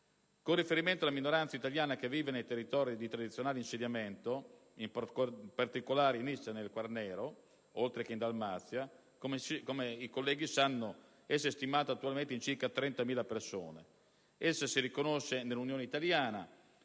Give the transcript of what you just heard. Con riferimento alla minoranza italiana che vive nei territori di tradizionale insediamento, in particolare in Istria e nel Quarnero, oltre che in Dalmazia, come è noto, attualmente essa è stimata in circa 30.000 persone. Essa si riconosce nell'Unione Italiana,